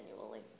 annually